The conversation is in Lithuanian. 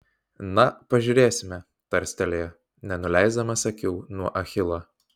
na pažiūrėsime tarstelėjo nenuleisdamas akių nuo achilo